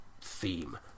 theme